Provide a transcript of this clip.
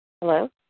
Hello